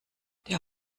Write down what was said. der